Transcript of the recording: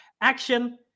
action